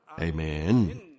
Amen